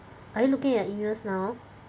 are you looking at your emails now